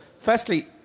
firstly